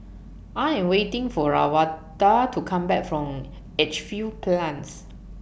I Am waiting For Lavada to Come Back from Edgefield Plains